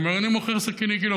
הוא אומר: אני מוכר סכיני גילוח.